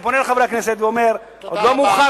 אני פונה אל חברי הכנסת ואומר: עוד לא מאוחר,